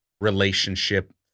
relationship